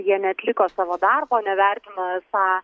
jie neatliko savo darbo nevertino esą